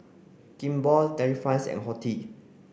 Kimball Delifrance and Horti